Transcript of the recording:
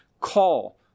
call